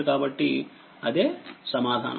కాబట్టి అదే సమాధానం